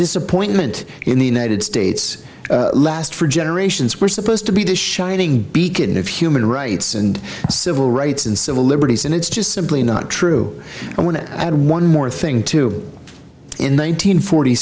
disappointment in the united states last for generations we're supposed to be the shining beacon of human rights and civil rights and civil liberties and it's just simply not true i want to add one more thing to in